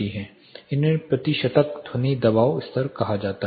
इन्हें प्रतिशतक ध्वनि दबाव स्तर कहा जाता है